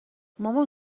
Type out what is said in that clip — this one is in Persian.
مامان